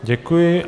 Děkuji.